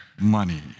money